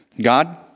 God